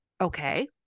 Okay